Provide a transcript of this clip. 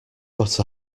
got